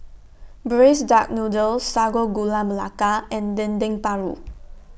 Braised Duck Noodle Sago Gula Melaka and Dendeng Paru